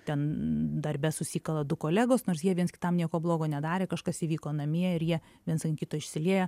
ten darbe susikala du kolegos nors jie viens kitam nieko blogo nedarė kažkas įvyko namie ir jie viens ant kito išsilieja